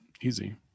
easy